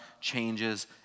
changes